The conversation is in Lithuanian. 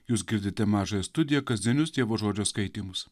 jūs girdite mažąją studiją kasdienius dievo žodžio skaitymus